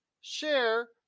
share